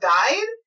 died